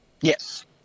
yes